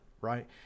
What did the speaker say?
right